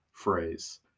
phrase